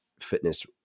fitness